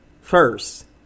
first